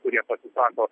kurie pasisako